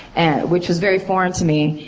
and which was very foreign to me.